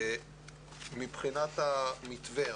מבחינת המתווה,